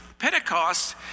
Pentecost